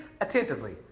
attentively